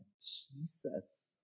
Jesus